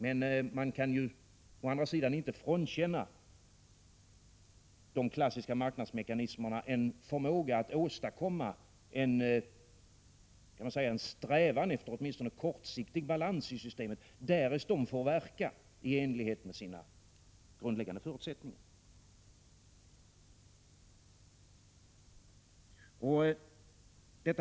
Men man kan ju å andra sidan inte frånkänna de klassiska marknadsmekanismerna en förmåga att åstadkomma en, kan man säga, strävan efter åtminstone kortsiktig balans i systemet, därest de får verka i enlighet med sina grundläggande förutsättningar.